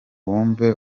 wumve